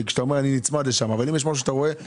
כשאתה אומר אני נצמד לשם אבל אם יש משהו שאתה רואה